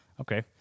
Okay